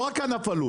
לא רק ענף הלול.